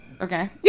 okay